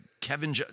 Kevin